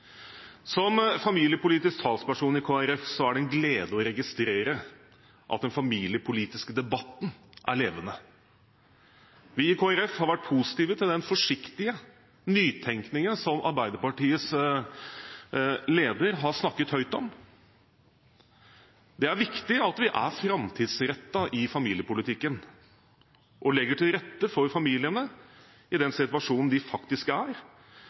Som familiepolitisk talsperson i Kristelig Folkeparti er det en glede for meg å registrere at den familiepolitiske debatten er levende. Vi i Kristelig Folkeparti har vært positive til den forsiktige nytenkningen som Arbeiderpartiets leder har snakket høyt om. Det er viktig at vi er framtidsrettet i familiepolitikken og legger til rette for familiene i den situasjonen de faktisk er